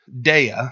Dea